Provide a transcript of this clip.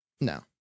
No